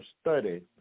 study